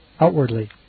outwardly